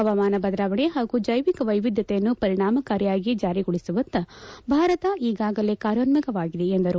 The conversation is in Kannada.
ಹವಾಮಾನ ಬದಲಾವಣೆ ಹಾಗೂ ಜ್ಯೆವಿಕ ವೈವಿದ್ಯತೆಯನ್ನು ಪರಿಣಾಮಾಕಾರಿಯಾಗಿ ಜಾರಿಗೊಳಿಸುವತ್ತ ಭಾರತ ಕುಗಾಗಲೇ ಕಾರ್ಯೋನ್ನಾವಾಗಿದೆ ಎಂದರು